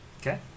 Okay